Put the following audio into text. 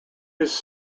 his